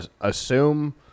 Assume